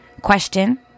question